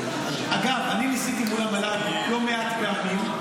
אגב, אני ניסיתי מול המל"ג לא מעט פעמים,